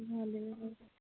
ভালে